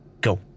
go